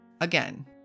again